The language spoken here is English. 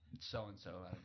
so-and-so